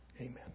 amen